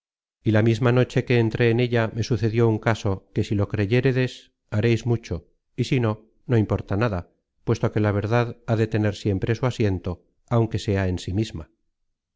y la misma noche que entré en ella me sucedió un caso que si lo creyéredes hareis mucho y si no no importa nada puesto que la verdad ha de tener siempre su asiento aunque sea en sí misma